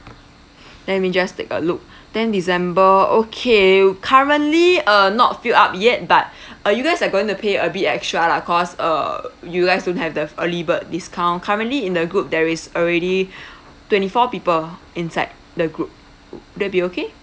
let me just take a look tenh december okay currently uh not filled up yet but uh you guys are going to pay a bit extra lah cause uh you guys don't have the early bird discount currently in the group there is already twenty four people inside the group that will be okay